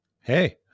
Hey